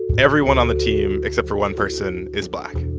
everyone on the team except for one person is black.